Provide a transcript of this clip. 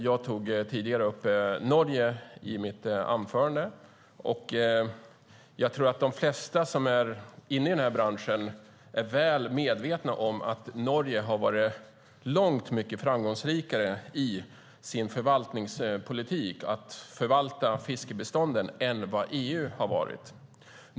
Jag tog tidigare upp Norge i mitt anförande, och jag tror att de flesta som är inne i den här branschen är väl medvetna om att Norge har varit långt mycket framgångsrikare i sin förvaltningspolitik, att förvalta fiskbestånden, än vad EU har varit.